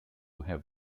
have